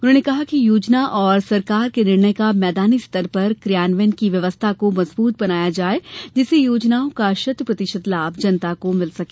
उन्होंने कहा कि योजना और सरकार के निर्णय का मैदानी स्तर पर कियान्वयन की व्यवस्था को मजबूत बनाया जाये जिससे योजना का शत प्रतिशत लाभ जनता को मिल सके